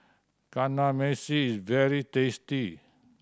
kamameshi is very tasty